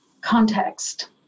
context